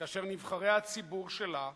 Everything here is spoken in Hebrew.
כאשר נבחרי הציבור שלה,